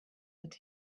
that